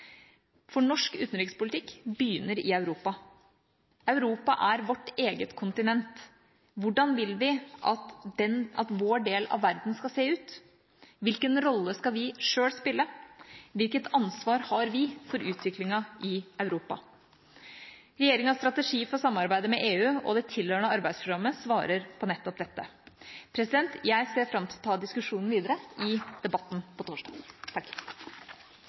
For norsk utenrikspolitikk begynner i Europa. Europa er vårt eget kontinent. Hvordan vil vi at vår del av verden skal se ut? Hvilken rolle skal vi selv spille? Hvilket ansvar har vi for utviklingen i Europa? Regjeringas strategi for samarbeidet med EU og det tilhørende arbeidsprogrammet svarer på nettopp dette. Jeg ser fram til å ta diskusjonen videre i debatten på